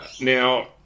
Now